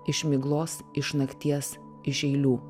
iš miglos iš nakties iš eilių